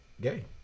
gay